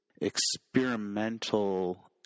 experimental